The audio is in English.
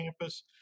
campus